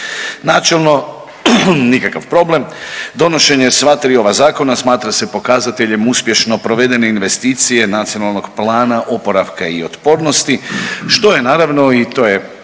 Načelno nikakav problem. Donošenje sva tri ova zakona smatra se pokazateljem uspješno provedene investicije Nacionalnog plana oporavka i otpornosti što je naravno i to je